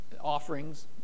offerings